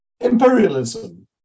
imperialism